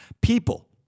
people